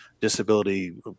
disability